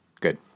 Good